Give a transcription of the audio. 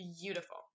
Beautiful